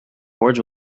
boards